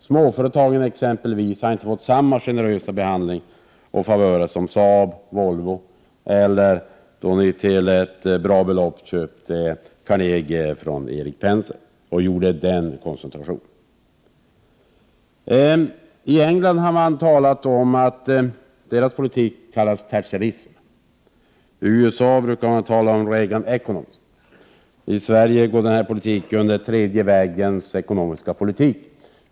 Småföretagen har exempelvis inte fått samma generösa behandling och favörer som Saab och Volvo. Ni köpte också till ett bra pris Carnegie från Erik Penser och åstadkom därmed koncentration. I England kallas politiken Thatcherism. I USA brukar man tala om Reaganomics. I Sverige går denna politik under namnet den tredje vägens ekonomiska politik.